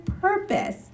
purpose